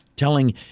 telling